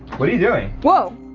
what are you doing? whoa.